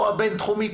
או הבינתחומי,